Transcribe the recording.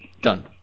Done